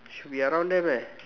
should be around there meh